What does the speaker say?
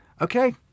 okay